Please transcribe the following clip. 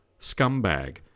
scumbag